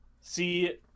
See